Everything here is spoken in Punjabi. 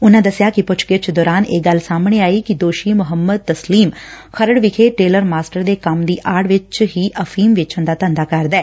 ਉਨਾਂ ਦਸਿਆ ਕਿ ਪੱਛਗਿੱਛ ਦੌਰਾਨ ਇਹ ਗੱਲ ਸਾਹਮਣੇ ਆਈ ਕਿ ਦੌਸੀ ਮਹੰਮਦ ਤਸਲੀਮ ਖਰਤ ਵਿਖੇ ਟੇਲਰ ਮਾਸਟਰ ਦੇ ਕੰਮ ਦੀ ਆਤ ਵਿੱਚ ਹੀ ਅਫੀਮ ਵੇਚਣ ਦਾ ਧੰਦਾ ਕਰਦਾ ਹੈ